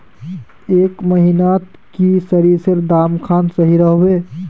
ए महीनात की सरिसर दाम खान सही रोहवे?